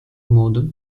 model